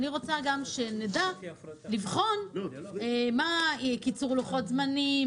אני רוצה שנדע לבחון מה קיצור לוחות הזמנים,